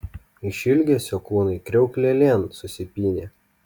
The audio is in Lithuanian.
iš ilgesio kūnai kriauklelėn susipynė